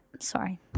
Sorry